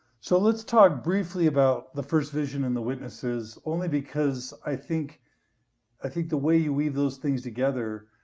so let's talk briefly about the first vision and the witnesses, only because i think i think the way you weave those things together,